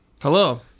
Hello